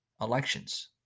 elections